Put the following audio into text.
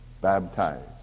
baptized